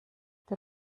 der